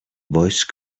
voice